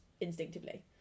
instinctively